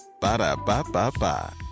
Ba-da-ba-ba-ba